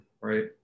right